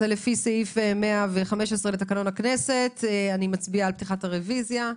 לפי סעיף 115 לתקנון הכנסת אני מצביעה על פתיחת הרביזיה.